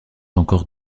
encore